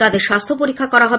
তাদের স্বাস্থ্য পরীক্ষা করা হবে